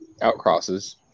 outcrosses